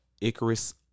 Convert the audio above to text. Icarus